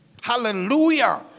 Hallelujah